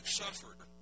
suffered